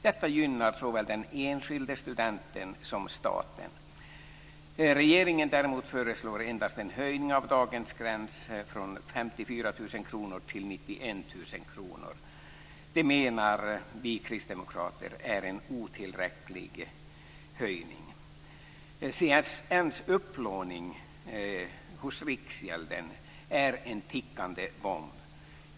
Detta gynnar såväl den enskilde studenten som staten. Regeringen föreslår däremot endast en höjning av dagens gräns från 54 000 kr till 91 000 kr. Det menar vi kristdemokrater är en otillräcklig höjning. CSN:s upplåning hos Riksgälden är en tickande bomb.